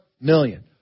million